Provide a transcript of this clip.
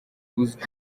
uzwi